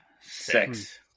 Sex